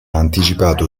anticipato